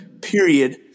period